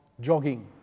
jogging